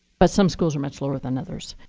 but some schools are much lower than others.